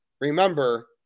remember